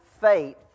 faith